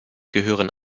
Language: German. gehören